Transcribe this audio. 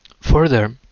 further